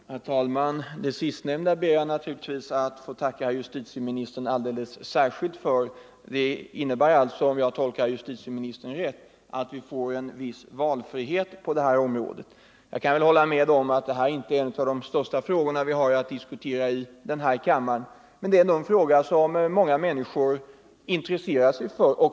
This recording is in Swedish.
Herr talman! Det sistnämnda ber jag naturligtvis att få tacka justitieministern alldeles särskilt för. Det innebär alltså, om jag tolkar justitieministern rätt, att vi får en viss valfrihet på detta område. Jag kan hålla med om att detta inte är en av de största frågor som vi har att diskutera i den här kammaren, men det är ändå en fråga som många människor intresserar sig för.